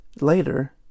Later